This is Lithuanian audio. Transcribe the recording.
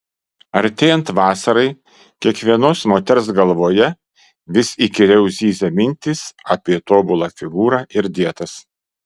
artėjant vasarai kiekvienos moters galvoje vis įkyriau zyzia mintys apie tobulą figūrą ir dietas